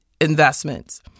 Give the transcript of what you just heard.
investments